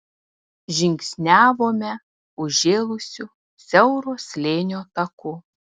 žingsniavome užžėlusiu siauro slėnio taku